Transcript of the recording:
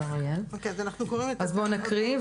אז בואו נקריא,